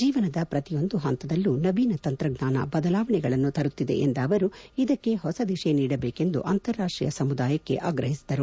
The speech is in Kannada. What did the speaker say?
ಜೀವನದ ಪ್ರತಿಯೊಂದು ಹಂತದಲ್ಲೂ ನವೀನ ತಂತ್ರಜ್ಞಾನ ಬದಲಾವಣೆಗಳನ್ನು ತರುತ್ತಿದೆ ಎಂದ ಅವರು ಇದಕ್ಕೆ ಹೊಸ ದಿಶೆ ನೀಡಬೇಕೆಂದು ಅಂತಾರಾಷ್ಟೀಯ ಸಮುದಾಯಕ್ಕೆ ಆಗ್ರಹಿಸಿದರು